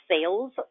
sales